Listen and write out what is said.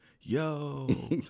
yo